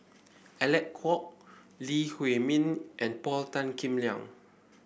Alec Kuok Lee Huei Min and Paul Tan Kim Liang